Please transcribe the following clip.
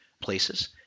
places